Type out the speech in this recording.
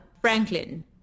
Franklin